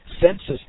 senses